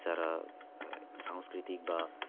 যারা সাংস্কৃতিক বা